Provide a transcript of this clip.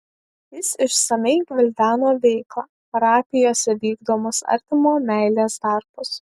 jis išsamiai gvildeno veiklą parapijose vykdomus artimo meilės darbus